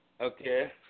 Okay